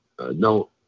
no